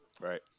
Right